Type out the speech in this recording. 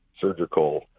surgical